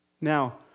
Now